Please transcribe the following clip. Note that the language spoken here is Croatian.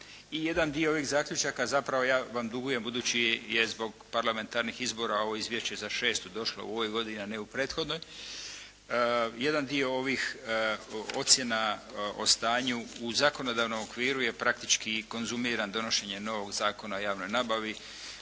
jedan dio ovih zaključaka zapravo ja vam dugujem budući je zbog parlamentarnih izbora ovo izvješće za šestu došlo u ovoj godini a ne u prethodnoj. Jedan dio ovih ocjena o stanju u zakonodavnom okviru je praktički i konzumiran donošenje novog Zakona o javnoj nabavi.